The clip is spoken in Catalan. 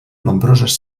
nombroses